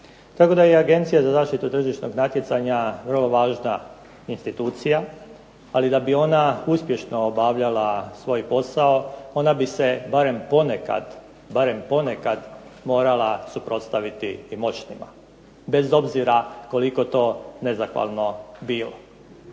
Tako da i Agencija za zaštitu tržišnog natjecanja vrlo važna institucija, ali da bi ona uspješno obavljala svoj posao ona bi se barem ponekad, barem ponekad morala suprotstaviti i moćnima, bez obzira koliko to nezahvalno bilo.